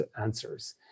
answers